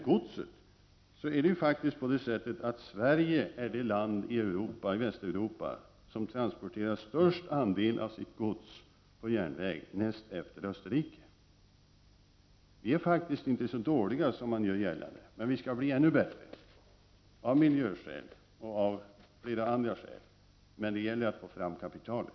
Näst efter Österrike är Sverige det land i Västeuropa som transporterar den största andelen av sitt gods på järnväg. Vi är faktiskt inte så dåliga som man vill låta påskina. Men vi skall bli ännu bättre, av miljöskäl och av flera andra skäl. Det gäller dock att få fram kapitalet.